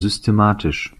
systematisch